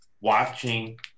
watching